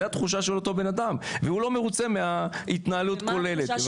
זה התחושה של אותו בנאדם והוא לא מרוצה מההתנהלות הכוללת.